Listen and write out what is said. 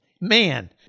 man